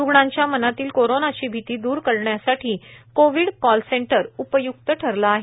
रूग्णांच्या मनातील कोरोनाची भीती दूर करण्यासाठी कोविड कॉल सेंटर उपयुक्त ठरले आहे